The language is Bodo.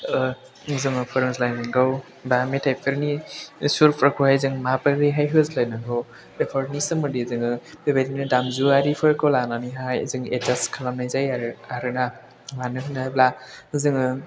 जोङो फोरोंलायनांगौ एबा मेथाइफोरनि सुरफोरखौहाय जों माबोरैहाय होलायनांगौ बेफोरनि सोमोन्दै जोङो बेबायदिनो दामजुआरिफोरखौ लानानैहाय जों एडजास्ट खालामनाय जायो आरोना मानो होनोब्ला जोङो